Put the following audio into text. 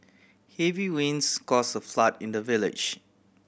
heavy rains cause a flood in the village